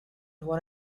one